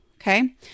Okay